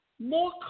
more